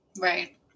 Right